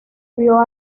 vio